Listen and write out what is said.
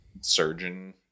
surgeon